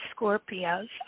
Scorpios